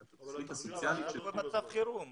אבל יש לנו מצב חירום.